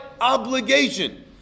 obligation